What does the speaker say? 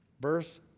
Verse